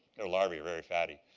their larvae are very fatty.